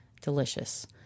delicious